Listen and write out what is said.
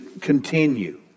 continue